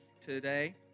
today